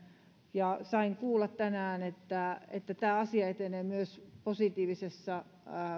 sain kuulla tänään että että tämä asia etenee myös positiivisessa